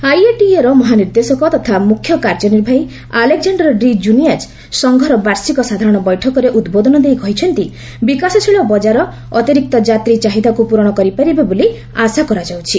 ଆଇଏଟିଏର ବଜାରରେ ମହାନିର୍ଦ୍ଦେଶକ ତଥା ମୁଖ୍ୟ କାର୍ଯ୍ୟନିର୍ବାହୀ ଆଲେକଜାଣ୍ଡାର ଡି' ଜୁନିୟାକ ସଂଘର ବାର୍ଷିକ ସାଧାରଣ ବୈଠକରେ ଉଦ୍ବୋଧନ ଦେଇ କହିଛନ୍ତି ବିକାଶଶୀଳ ବଜାର ଅତିରିକ୍ତ ଯାତ୍ରୀ ଚାହିଦାକୁ ପ୍ରରଣ କରିପାରିବ ବୋଲି ଆଶା କରାଯାଉଛି